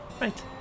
Right